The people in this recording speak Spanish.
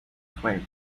fuego